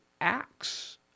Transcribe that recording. acts